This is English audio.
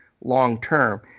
long-term